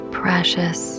precious